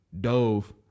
dove